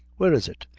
where is it?